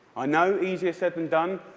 i know, easier said than done.